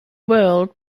world